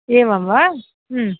एवं वा